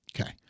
Okay